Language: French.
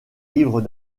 livres